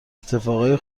اتفاقای